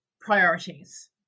priorities